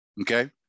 Okay